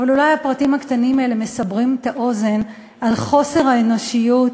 אבל אולי הפרטים הקטנים האלה מסברים את האוזן על חוסר האנושיות,